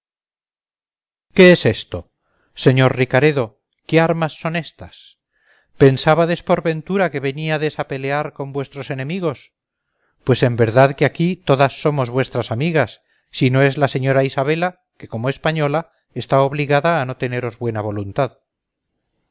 qué es esto señor ricaredo qué armas son éstas pensábades por ventura que veníades a pelear con vuestros enemigos pues en verdad que aquí todas somos vuestras amigas si no es la señora isabela que como española está obligada a no teneros buena voluntad